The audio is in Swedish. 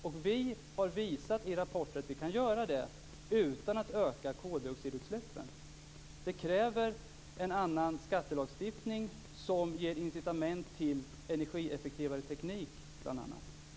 Och vi har visat i rapporter att vi kan göra det utan att öka koldioxidutsläppen. Det kräver en annan skattelagstiftning, en skattelagstiftning som ger incitament till bl.a. energieffektivare teknik.